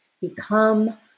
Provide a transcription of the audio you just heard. become